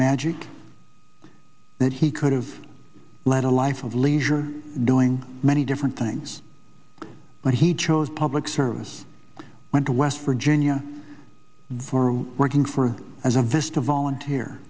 magic that he could have led a life of leisure doing many different things but he chose public service went to west virginia for working for him as a vista volunteer